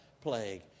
plague